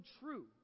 true